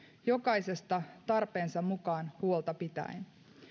jokaisesta tarpeensa mukaan huolta pitäen